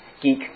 geek